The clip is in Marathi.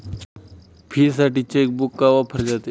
फीसाठी चेकबुक का वापरले जाते?